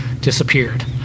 disappeared